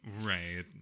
right